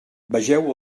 vegeu